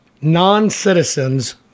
non-citizens